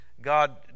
God